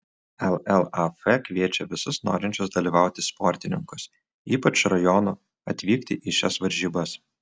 llaf kviečia visus norinčius dalyvauti sportininkus ypač rajonų atvykti į šias varžybas